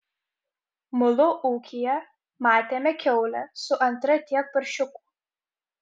mulu ūkyje matėme kiaulę su antra tiek paršiukų